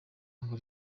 ngo